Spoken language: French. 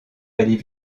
allez